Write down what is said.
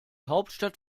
hauptstadt